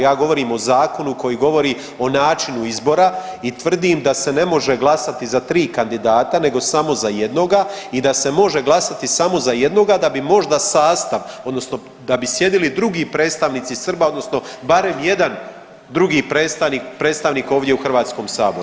Ja govorim o zakonu koji govori o načinu izbora i tvrdim da se ne može glasati za tri kandidata nego samo za jednoga i da se može glasati samo za jednoga da bi možda sastav odnosno da bi sjedili drugi predstavnici Srba odnosno barem jedan drugi predstavnik, predstavnik ovdje u Hrvatskom saboru.